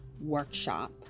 workshop